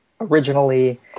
Originally